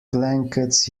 blankets